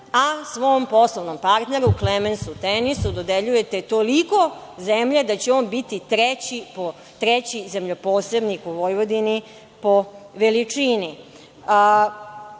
a svom poslovnom partneru Klemensu Tenisu dodeljujete toliko zemlje da će on biti treći zemljoposednik u Vojvodini po veličini. Potrebno